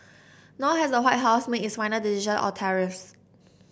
nor has the White House made its final decision or tariffs